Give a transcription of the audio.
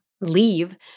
leave